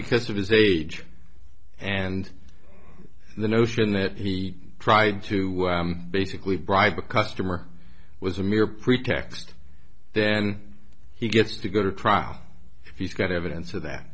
because of his age and the notion that he tried to basically bribe a customer was a mere pretext then he gets to go to trial if he's got evidence of that